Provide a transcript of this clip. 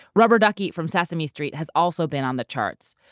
rubber ducky from sesame street has also been on the charts,